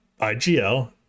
IGL